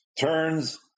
turns